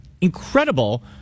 incredible